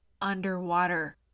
underwater